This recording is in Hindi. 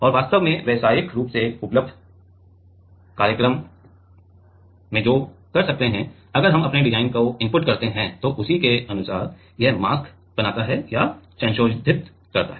और वास्तव में व्यावसायिक रूप से उपलब्ध कार्यक्रम हैं जो कर सकते हैं अगर हम अपने डिजाइन को इनपुट करते हैं तो उसी के अनुसार यह मास्क बनाता या संशोधित करता है